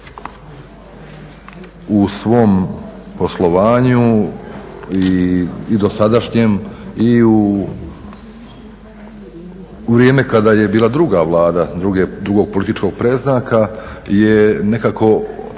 u svom poslovanju i dosadašnjem i u vrijeme kada je bila druga Vlada drugog političkog predznaka je nekako, a